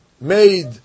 made